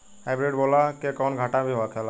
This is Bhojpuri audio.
हाइब्रिड बोला के कौनो घाटा भी होखेला?